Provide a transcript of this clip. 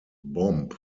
bomb